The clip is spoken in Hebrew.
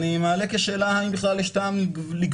אני מעלה כשאלה האם בכלל יש טעם לגבות